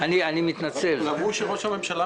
היו שלוש העברות